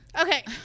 Okay